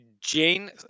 jane